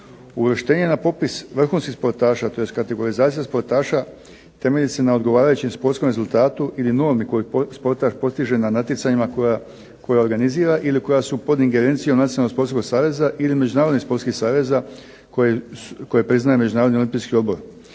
Uvrštenje na popis vrhunskih sportaša, tj. kategorizacija sportaša temelji se na odgovarajućem sportskom rezultatu ili normi koju sportaš postiže na natjecanjima koja organizira ili koja su pod ingerencijom nacionalnog sportskog saveza, ili međunarodnih sportskih saveza, koje priznaje Međunarodni olimpijski odbor.